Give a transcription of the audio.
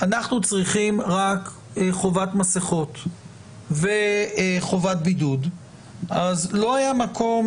רק מבורך שעושים את העבודה המתודית הזאת שבהרבה מאוד מדינות לא עושים.